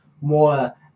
more